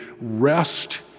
rest